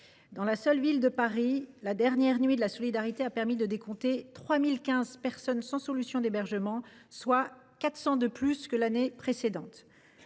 Dans la seule ville de Paris, la dernière Nuit de la solidarité a permis de décompter 3 015 personnes sans solution d’hébergement, soit 400 de plus que l’année précédente.